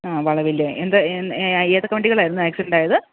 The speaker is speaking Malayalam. ആ വളവിലെ എന്താ ഏതൊക്കെ വണ്ടികളായിരുന്നു ആക്സിഡന്റ് ആയത്